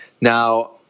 Now